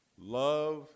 love